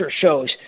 shows